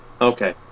Okay